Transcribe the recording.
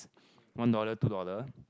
one dollar two dollar